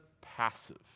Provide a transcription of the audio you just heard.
passive